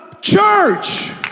church